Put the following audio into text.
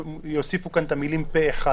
שיוסיפו את המילים "פה אחד",